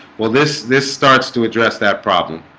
well this this starts to address that problem